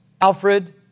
Alfred